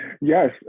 Yes